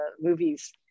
movies